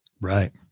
Right